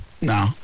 No